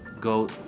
go